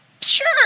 sure